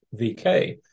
VK